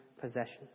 possessions